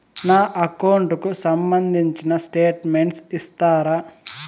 నా అకౌంట్ కు సంబంధించిన స్టేట్మెంట్స్ ఇస్తారా